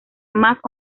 más